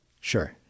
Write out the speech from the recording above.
sure